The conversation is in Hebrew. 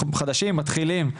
מתחילים,